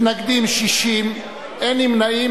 מתנגדים, 60, אין נמנעים.